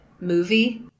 movie